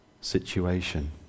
situation